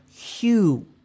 hue